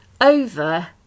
over